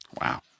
Wow